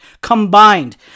Combined